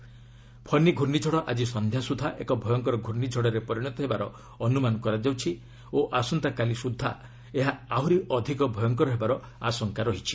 'ଫନୀ' ଘୁର୍ଷିଝଡ଼ ଆକି ସନ୍ଧ୍ୟାସୁଦ୍ଧା ଏକ ଭୟଙ୍କର ଘ୍ରର୍ଷିଝଡ଼ରେ ପରିଣତ ହେବାର ଅନୁମାନ କରାଯାଉଛି ଓ ଆସନ୍ତାକାଲି ସୁଦ୍ଧା ଏହା ଆହୁରି ଅଧିକ ଭୟଙ୍କର ହେବାର ଆଶଙ୍କା ରହିଛି